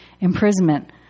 imprisonment